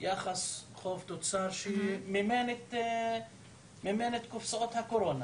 יחס חוב-תוצר שמימן את קופסאות הקורונה?